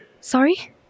Sorry